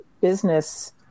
business